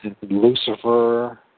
Lucifer